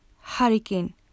hurricane